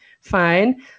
fine